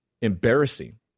embarrassing